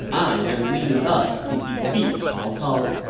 i am leading us to defeat cao cao.